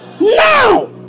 Now